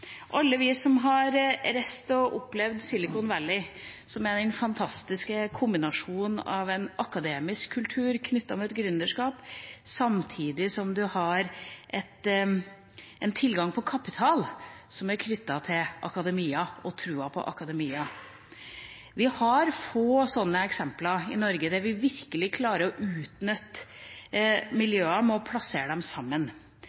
Alle vi som har reist og opplevd Silicon Valley, har sett den fantastiske kombinasjonen av en akademisk kultur knyttet til et gründerskap samtidig som man har tilgang på kapital som er knyttet til akademia og troen på akademia. Vi har få slike eksempler i Norge der vi virkelig klarer å utnytte miljøene og plassere dem sammen.